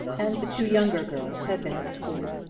and the two younger girls had been at school.